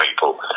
people